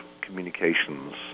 communications